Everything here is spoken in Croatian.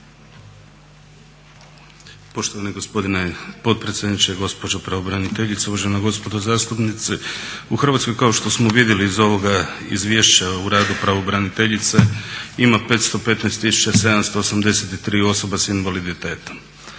Poštovani gospodine potpredsjedniče, gospođo pravobraniteljice, uvažena gospodo zastupnici u Hrvatskoj kao što smo vidjeli iz ovoga izvješća o radu pravobraniteljice ima 515 783 osobe s invaliditetom.